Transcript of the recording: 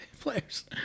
players